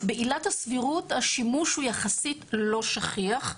בעילת הסבירות השימוש הוא יחסית לא שכיח,